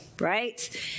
right